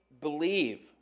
believe